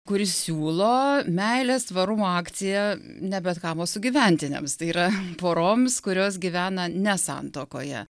kuris siūlo meilės tvarumo akciją ne bet kam o sugyventiniams tai yra poroms kurios gyvena ne santuokoje